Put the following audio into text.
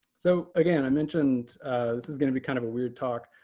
so again, i mentioned this is going to be kind of a weird talk.